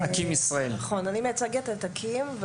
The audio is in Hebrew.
נכון, אני מייצגת את אקים.